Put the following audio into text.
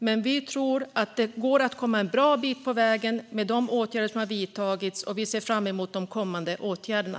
Men vi tror att det går att komma en bra bit på vägen med de åtgärder som vidtagits, och vi ser fram emot de kommande åtgärderna.